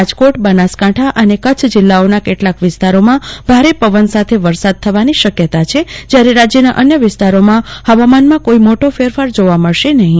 રાજકોટ બનાસકાંઠા અને કચ્છ જિલ્લાઓના કેટલાક વિસ્તારોમાં ભારે પવન સાથે વરસાદ થવાની શક્યતા છે જ્યારે રાજ્યના અન્ય વિસ્તારોમાં હવામાનમાં કોઇ મોટો ફેરફાર જોવા મળશે નહીં